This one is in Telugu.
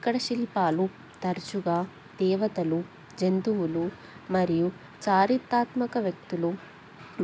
ఇక్కడ శిల్పాలు తరచుగా దేవతలు జంతువులు మరియు చారిత్రాత్మక వ్యక్తులు